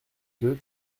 deux